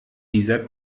dieser